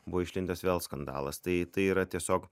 buvo išlindęs vėl skandalas tai tai yra tiesiog